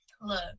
look